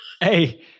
Hey